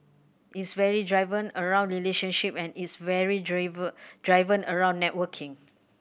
it's very driven around relationship and it's very driven around networking